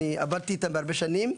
אני עבדתי איתם הרבה שנים,